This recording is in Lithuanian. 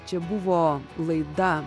čia buvo laida